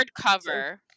hardcover